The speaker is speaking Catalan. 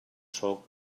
solc